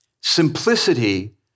Simplicity